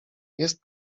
jest